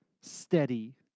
steady